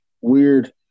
weird